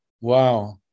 Wow